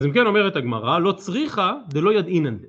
אז אם כן אומרת הגמרא לא צריכא דלו ידעינן